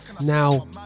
now